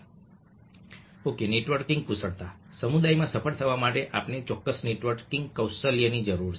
okay networking કુશળતા સમુદાયમાં સફળ થવા માટે અમને ચોક્કસ નેટવર્કિંગ કૌશલ્યની જરૂર છે